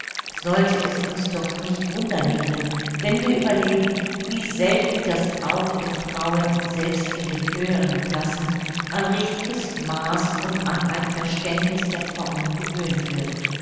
sollte es uns doch nicht wunder nehmen wenn wir überlegen wie selten das auge der frauen selbst in den höheren klassen an richtiges maß und an ein verständniß der formen gewöhnt wird